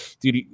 dude